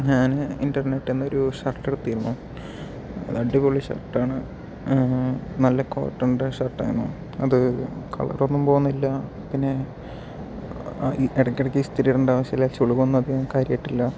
ഞാന് ഇൻ്റർനെറ്റ് നിന്നൊരു ഷർട്ടെടുത്തിരുന്നു അടിപൊളി ഷർട്ടാണ് നല്ല കോട്ടൻ്റെ ഷർട്ടായിരുന്നു അത് കളറൊന്നും പോകുന്നില്ല പിന്നെ ഇടക്കെടക്ക് ഇസ്തിരി ഇടേണ്ട ആവശ്യല്ല ചുളിവൊന്നും അധികം കാര്യായിട്ടില്ല